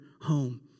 home